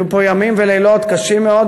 יהיו פה ימים ולילות קשים מאוד,